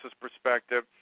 perspective